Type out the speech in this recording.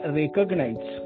recognize